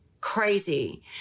crazy